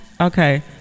Okay